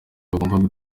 bagombaga